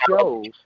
shows